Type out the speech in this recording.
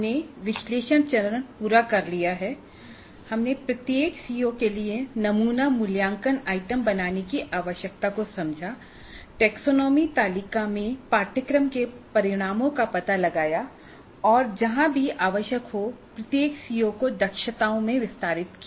हमने विश्लेषण चरण पूरा कर लिया है हमने प्रत्येक सीओ के लिए नमूना मूल्यांकन आइटम बनाने की आवश्यकता को समझा टैक्सोनॉमी तालिका में पाठ्यक्रम के परिणामों का पता लगाया और जहां भी आवश्यक हो प्रत्येक सीओ को दक्षताओं में विस्तारित किया